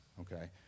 okay